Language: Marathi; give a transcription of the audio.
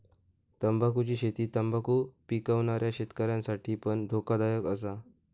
तंबाखुची शेती तंबाखु पिकवणाऱ्या शेतकऱ्यांसाठी पण धोकादायक असा